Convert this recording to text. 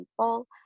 people